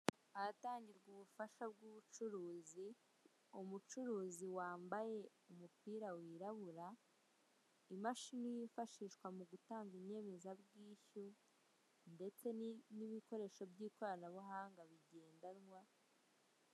Ahatangirwa ubufasha bw'ubucuruzi, umucuruzi wambaye umupira wirabura, imashini yifashishwa mu gutanga inyemezabwishyu ndetse n'ibikoresho by'ikoranabuhanga bigendanwa.